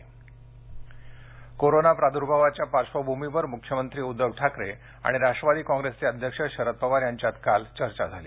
ठाकरे पवार चर्चा कोरोना प्रादुर्भावाच्या पार्श्वभूमीवर मुख्यमंत्री उद्धव ठाकरे आणि राष्ट्रवादी काँग्रेसचे अध्यक्ष शरद पवार यांच्यात काल चर्चा झाली